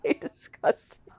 disgusting